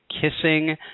kissing